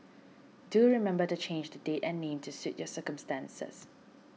do you remember to change the D and Ling to suit your circumstances